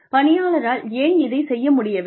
பணியாளரால் ஏன் இதைச் செய்ய முடியவில்லை